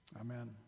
amen